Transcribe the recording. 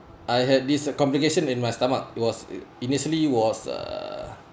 I had this complication in my stomach was initially was uh